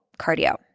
cardio